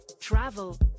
travel